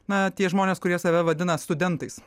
na tie žmonės kurie save vadina studentais